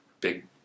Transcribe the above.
big